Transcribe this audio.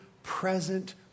present